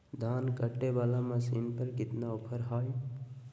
धान कटे बाला मसीन पर कितना ऑफर हाय?